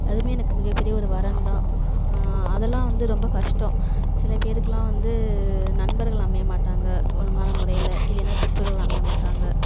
அதுவுமே எனக்கு மிகப்பெரிய ஒரு வரம்தான் அதெல்லாம் வந்து ரொம்ப கஷ்டம் சில பேருக்கெல்லாம் வந்து நண்பர்கள் அமையமாட்டாங்க ஒழுங்கான முறையில் இல்லைன்னா பெற்றோர்கள் அமையமாட்டாங்க